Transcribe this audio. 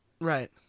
Right